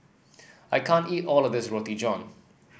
I can't eat all of this Roti John